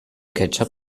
ketchup